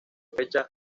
fecha